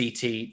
ct